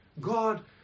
God